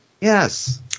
Yes